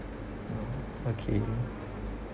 oh okay